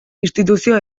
instituzio